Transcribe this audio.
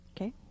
Okay